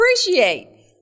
appreciate